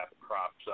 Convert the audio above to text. crops